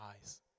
eyes